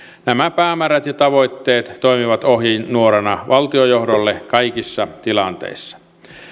nämä päämäärät ja tavoitteet toimivat ohjenuorana valtionjohdolle kaikissa tilanteissa